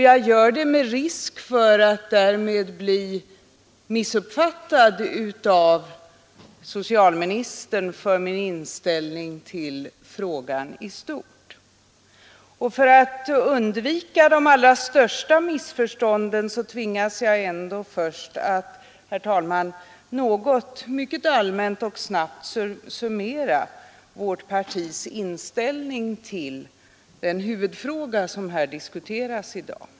Jag gör detta med risk för att därvid bli missuppfattad av socialministern för min inställning till frågan i stort. För att undvika de allra största missförstånden tvingas jag ändå, herr talman, att först mycket allmänt och snabbt summera vårt partis inställning till den huvudfråga som diskuteras i dag.